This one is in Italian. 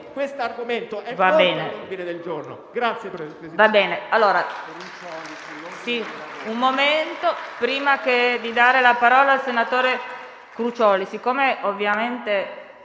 quest'argomento è molto all'ordine del giorno